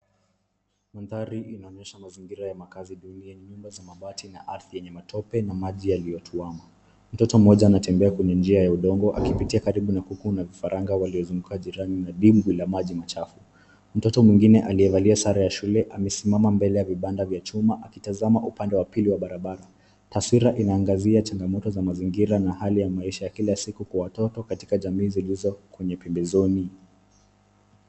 Mandhari inaonyesha mazingira ya makaazi duni yenye nyumba za mabati na ardhi yenye matope na maji yaliyotuama. Mtoto mmoja anatembea kwenye njia ya udongo akipitia karibu na kuku na vifaranga waliozunguka jirani na dimbwi la maji machafu. Mtoto mwengine aliyevalia sare ya shule amesimama mbele ya vibanda vya chuma akitazama upande wa pili wa barabara. Taswira inaangazia changamoto za mazingira na hali ya maisha ya kila siku kwa watoto katika jamii zilizo kwenye pembezoni.